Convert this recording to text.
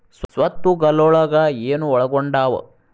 ಸ್ವತ್ತುಗಲೊಳಗ ಏನು ಒಳಗೊಂಡಾವ?